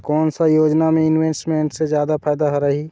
कोन सा योजना मे इन्वेस्टमेंट से जादा फायदा रही?